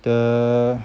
the